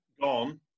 gone